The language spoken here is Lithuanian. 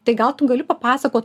tai gal tu gali papasakot